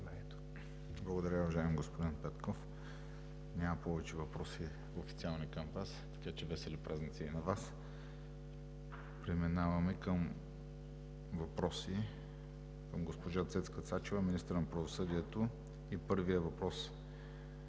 Благодаря, уважаеми господин Петков. Няма повече въпроси към Вас, така че весели празници и на Вас. Преминаваме към въпросите към госпожа Цецка Цачева – министър на правосъдието. Първият въпрос